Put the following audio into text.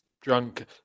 drunk